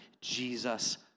Jesus